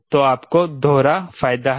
तो आपको दोहरा फायदा है